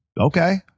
okay